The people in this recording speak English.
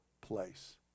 place